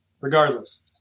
regardless